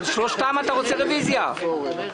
זו ועדת הכספים,